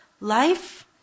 Life